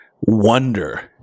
wonder